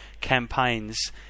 campaigns